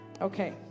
okay